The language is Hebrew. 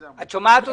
אני עובר לפרק ז',